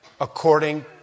according